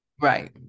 Right